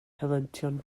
helyntion